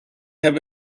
have